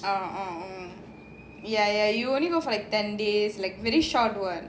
mm mm mm ya ya you only go for like ten days like really short [what]